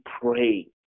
pray